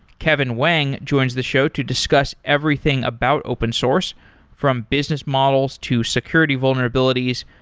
kevin wang joins the show to discuss everything about open source from business models, to security vulnerabilities,